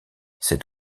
cet